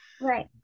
right